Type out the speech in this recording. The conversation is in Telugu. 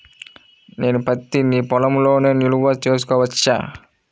నేను పత్తి నీ పొలంలోనే నిల్వ చేసుకోవచ్చా?